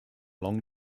long